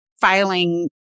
filing